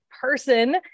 person